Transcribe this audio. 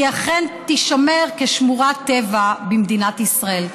היא אכן תישמר כשמורת טבע במדינת ישראל.